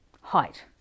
height